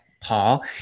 Paul